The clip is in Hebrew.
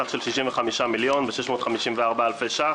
בסך של 65,654 אלפי ש"ח